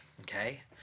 Okay